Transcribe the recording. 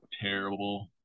terrible